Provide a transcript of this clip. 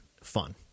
fun